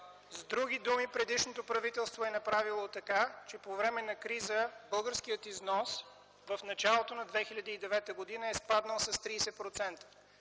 С други думи предишното правителство е направило така, че по време на криза българският износ в началото на 2009 г. е спаднал с 30%.